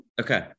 Okay